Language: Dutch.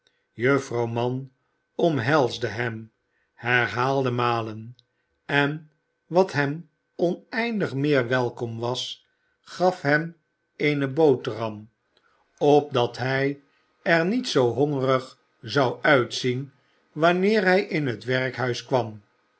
juffrouw mann omhelsde hem herhaalde malen en wat hem oneindig meer welkom was gaf hem eene boterham opdat hij er niet zoo hongerig zou uitzien wanneer hij in het werkhuis kwam